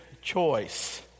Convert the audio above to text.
choice